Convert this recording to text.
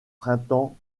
printemps